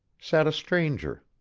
sat a stranger.